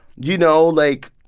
you know, like,